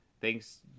thanks